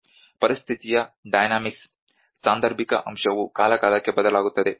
ಪರಿಸ್ಥಿತಿಯ ಡೈನಮಿಕ್ಸ್ ಸಾಂದರ್ಭಿಕ ಅಂಶವು ಕಾಲಕಾಲಕ್ಕೆ ಬದಲಾಗುತ್ತದೆ